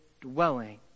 dwelling